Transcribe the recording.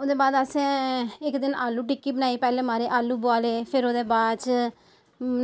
ओह्दे बाद असें इक दिन आलू टिक्की बनाई पैहले माराज आलू बुआले फिर ओह्दे बाद च